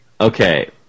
Okay